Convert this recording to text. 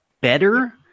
better